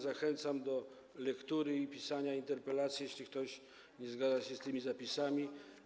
Zachęcam do lektury i pisania interpelacji, jeśli ktoś nie zgadza się z tymi zapisami.